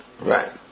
Right